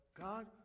God